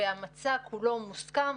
והמצע כולו מוסכם,